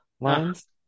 lines